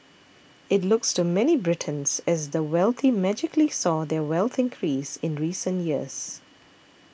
it looks to many Britons as the wealthy magically saw their wealth increase in recent years